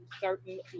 certain